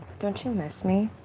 don't you miss me?